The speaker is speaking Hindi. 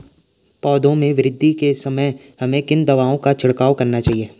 पौधों में वृद्धि के समय हमें किन दावों का छिड़काव करना चाहिए?